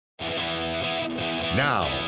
Now